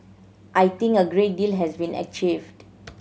I think a great deal has been achieved